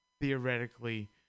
theoretically